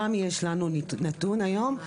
גם יש לנו נתון היום.